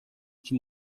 que